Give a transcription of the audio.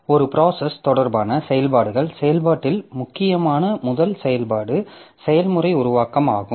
ஒரு ப்ராசஸ் தொடர்பான செயல்பாடுகள் செயல்பாட்டில் முக்கியமான முதல் செயல்பாடு செயல்முறை உருவாக்கம் ஆகும்